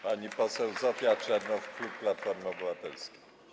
Pani poseł Zofia Czernow, klub Platformy Obywatelskiej.